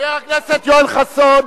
חבר הכנסת יואל חסון.